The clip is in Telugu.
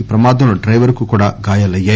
ఈ ప్రమాదంలో డ్షెవర్ కు కూడా గాయాలయ్యాయి